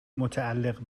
متعلق